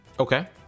Okay